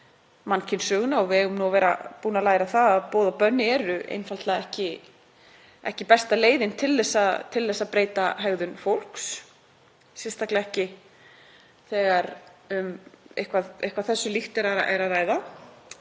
og við eigum að vera búin að læra það, að boð og bönn eru ekki besta leiðin til að breyta hegðun fólks, sérstaklega ekki þegar um eitthvað þessu líkt er að ræða.